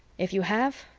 if you have,